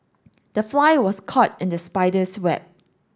the fly was caught in the spider's web